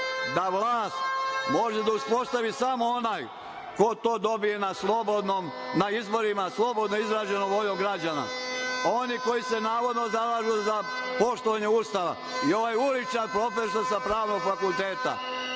da vlast može da uspostavi samo onaj ko to dobije na izborima, slobodno izraženom voljom građana. Oni koji se navodno zalažu za poštovanje Ustava i ovaj uličar profesor sa Pravnog fakulteta